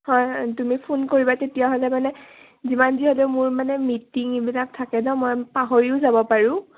হয় তুমি ফোন কৰিবা তেতিয়াহ'লে মানে যিমান যি হ'লেও মোৰ মানে মিটিং এইবিলাক থাকে নহ্ মই পাহৰিও যাব পাৰোঁ